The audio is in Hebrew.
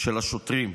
של השוטרים,